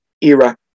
era